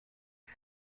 آیا